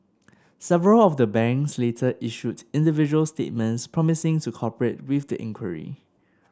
several of the banks later issued individual statements promising to cooperate with the inquiry